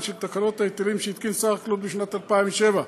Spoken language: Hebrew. של תקנות ההיטלים שהתקין שר החקלאות בשנת 2007,